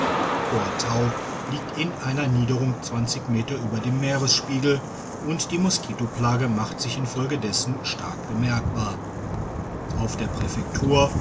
liegt in einer niederung zwanzig meter über dem meeresspiegel und die moskitoplage machte sich infolgedessen stark bemerkbar auf der präfektur